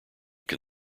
can